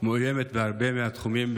מאוימת בהרבה מהתחומים,